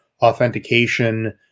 authentication